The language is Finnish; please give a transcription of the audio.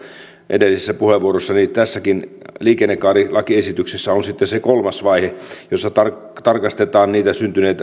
edellisessä puheenvuorossani niin tässäkin liikennekaarilakiesityksessä on sitten se kolmas vaihe jossa tarkastetaan niitä